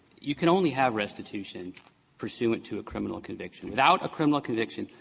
you can only have restitution pursuant to criminal conviction. without a criminal conviction,